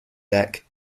deck